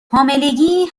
حاملگی